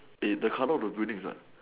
eh the colour of the building is what